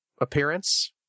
appearance